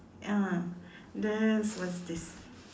ah there's what's this